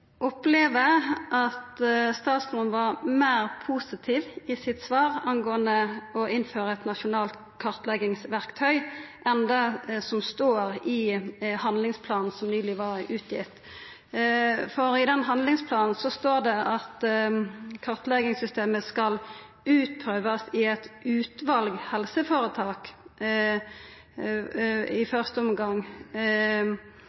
opplever at statsråden var meir positiv i svaret sitt med omsyn til å innføra eit nasjonalt kartleggingsverktøy enn det som står i den handlingsplanen som nyleg ergitt ut. For i den handlingsplanen står det at «Kartleggingssystemet skal nå utprøves i et utvalg helseforetak» i